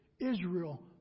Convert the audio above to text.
Israel